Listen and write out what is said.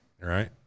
Right